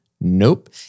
Nope